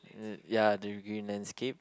ya the green landscape